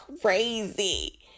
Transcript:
crazy